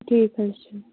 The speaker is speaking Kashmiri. ٹھیٖک حظ چھُ